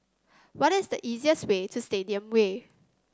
what is the easiest way to Stadium Way